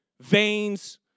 veins